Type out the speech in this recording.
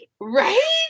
right